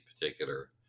particular